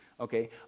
Okay